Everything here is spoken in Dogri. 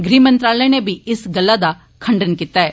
गृह मंत्रालय नै बी इस गल्ला दा खंडन कीता ऐ